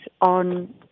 on